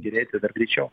gerėti dar greičiau